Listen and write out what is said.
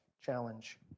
challenge